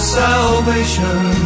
salvation